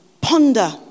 ponder